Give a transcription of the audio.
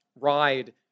ride